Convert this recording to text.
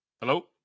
Hello